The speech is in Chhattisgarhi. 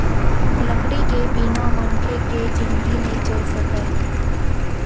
लकड़ी के बिना मनखे के जिनगी नइ चल सकय